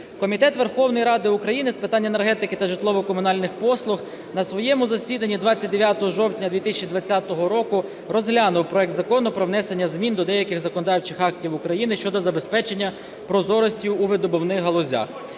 Комітет Верховної Ради України з питань енергетики та житлово-комунальних послуг на своєму засіданні 29 жовтня 2020 року розглянув проект Закону про внесення змін до деяких законодавчих актів України щодо забезпечення прозорості у видобувних галузях.